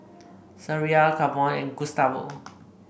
Sariah Kavon and Gustavo